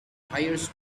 hires